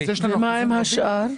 ומה עם השאר?